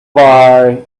bar